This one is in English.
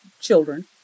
children